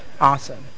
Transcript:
awesome